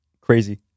crazy